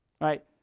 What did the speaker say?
Right